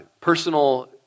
personal